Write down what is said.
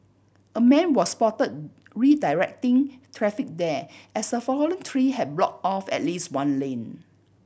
a man was spotted redirecting traffic there as the fallen tree had blocked off at least one lane